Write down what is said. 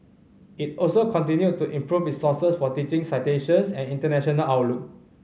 it also continued to improve its scores for teaching citations and international outlook